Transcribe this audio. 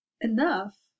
enough